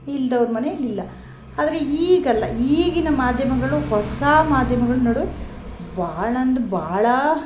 ಇಲ್ದೋರ ಮನೇಯಲ್ ಇಲ್ಲ ಆದರೆ ಈಗಲ್ಲ ಈಗಿನ ಮಾಧ್ಯಮಗಳು ಹೊಸ ಮಾಧ್ಯಮಗಳ್ ನಡುವೆ ಬಹಳ ಅಂದ್ರೆ ಬಹಳಾ